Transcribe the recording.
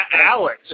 Alex